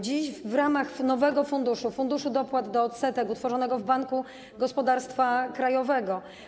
Dziś w ramach nowego funduszu, Funduszu Dopłat do Odsetek utworzonego w Banku Gospodarstwa Krajowego.